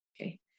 Okay